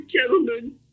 gentlemen